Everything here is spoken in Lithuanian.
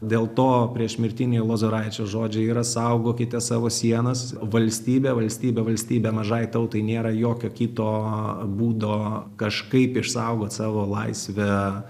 dėl to priešmirtiniai lozoraičio žodžiai yra saugokite savo sienas valstybė valstybė valstybė mažai tautai nėra jokio kito būdo kažkaip išsaugot savo laisvę